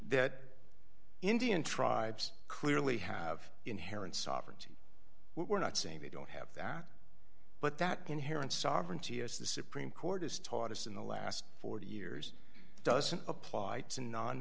that indian tribes clearly have inherent sovereignty we're not saying they don't have that but that inherent sovereignty is the supreme court has taught us in the last forty years doesn't apply to